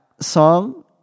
song